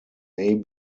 may